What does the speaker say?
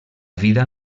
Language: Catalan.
vida